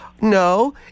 No